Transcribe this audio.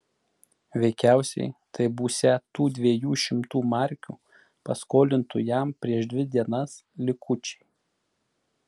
veikiausiai tai būsią tų dviejų šimtų markių paskolintų jam prieš dvi dienas likučiai